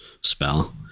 spell